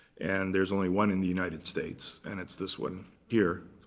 and there's only one in the united states, and it's this one here.